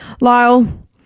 Lyle